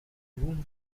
room